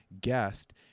guest